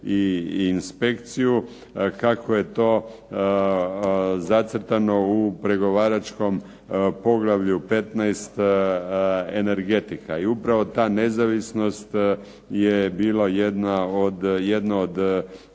i inspekciju, kako je to zacrtano u pregovaračkom poglavlju 15. Energetika. I upravo ta nezavisnost je bila jedno od